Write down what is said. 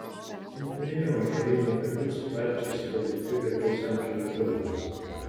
centriniu ąžuolyno taku sparčiai skuodė dvi garbaus amžiaus draugės